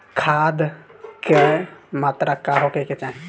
खाध के मात्रा का होखे के चाही?